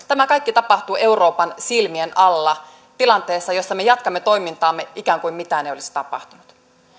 tämä kaikki tapahtuu euroopan silmien alla tilanteessa jossa me jatkamme toimintaamme ikään kuin mitään ei olisi tapahtunut